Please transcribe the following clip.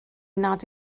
nad